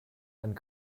and